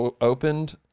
opened